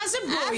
מה זה בואי,